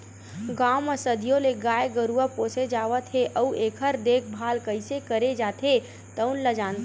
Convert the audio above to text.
गाँव म सदियों ले गाय गरूवा पोसे जावत हे अउ एखर देखभाल कइसे करे जाथे तउन ल जानथे